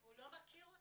הוא לא מכיר אותם,